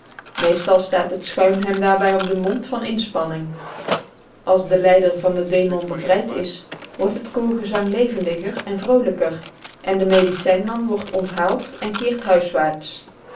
meestal staat het schuim hem daarbij op den mond van inspanning als de lijder van den demon bevrijd is wordt het koorgezang levendiger en vroolijker en de medicijnman wordt onthaald en keert huiswaarts